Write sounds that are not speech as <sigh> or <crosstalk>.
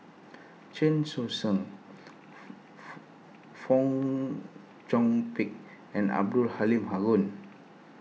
Chen Sucheng <noise> Fong Chong Pik and Abdul Halim Haron